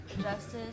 Justice